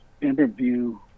interview